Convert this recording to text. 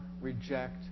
reject